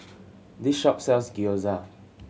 this shop sells Gyoza